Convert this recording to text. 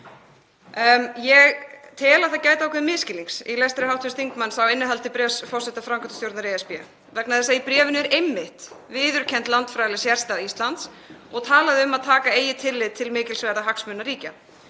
Ég tel að það gæti ákveðins misskilnings í lestri hv. þingmanns á innihaldi bréfs forseta framkvæmdastjórnar ESB, vegna þess að í bréfinu er einmitt viðurkennd landfræðileg sérstaða Íslands og talað um að taka eigi tillit til mikilsverðra hagsmuna ríkja.